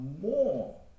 more